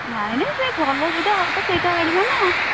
ନାହିଁ ନାହିଁ ସେ ଭଲ ଯେଉଁଟା ହବ ସେଇଟା ଆଣିବା ନା ଆଉ